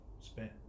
spent